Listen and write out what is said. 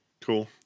cool